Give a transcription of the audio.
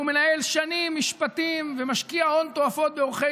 שנים שהוא מנהל משפטים ומשקיע הון תועפות בעורכי